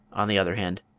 on the other hand,